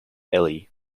eli